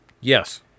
Yes